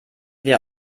wir